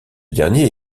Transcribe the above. dernier